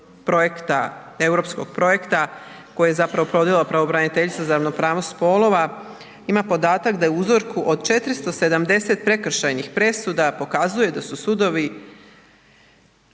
projekta, europskog projekta koji je zapravo provela pravobraniteljica za ravnopravnost spolova ima podatak da je u uzorku od 470 prekršajnih presuda pokazuje da su sudovi